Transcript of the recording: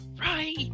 Right